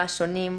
צהריים טובים,